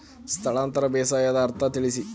ಸ್ಥಳಾಂತರ ಬೇಸಾಯದ ಅರ್ಥ ತಿಳಿಸಿ?